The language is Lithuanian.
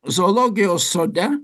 zoologijos sode